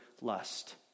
lust